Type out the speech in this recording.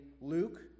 Luke